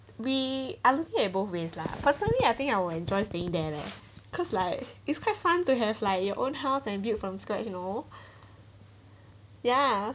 we are looking able raised lah personally I think I'll enjoy staying there leh cause like it's quite fun to have like your own house and build from sketch you know ya